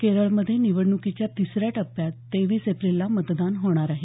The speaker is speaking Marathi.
केरळमध्ये निवडणुकीच्या तिसऱ्या टप्प्यात तेवीस एप्रिलला मतदान होणार आहे